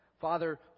Father